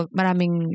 maraming